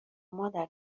مادر